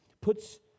puts